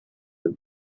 and